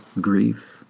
grief